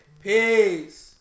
Peace